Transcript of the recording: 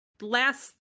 last